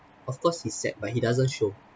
of course he's sad but he doesn't show